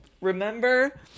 Remember